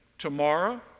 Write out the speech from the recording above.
Tomorrow